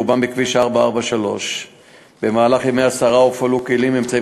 רובם בכביש 443. במהלך ימי הסערה הופעלו כלים ואמצעים